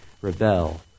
rebel